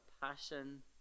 passion